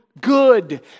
good